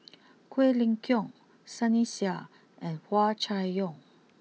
Quek Ling Kiong Sunny Sia and Hua Chai Yong